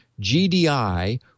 GDI